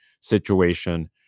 situation